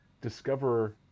discover